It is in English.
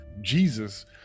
Jesus